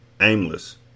aimless